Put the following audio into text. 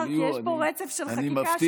כי יש פה רצף של חקיקה,